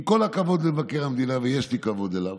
עם כל הכבוד למבקר המדינה, ויש לי כבוד אליו,